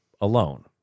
alone